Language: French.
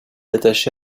attaché